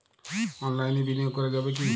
অনলাইনে বিনিয়োগ করা যাবে কি?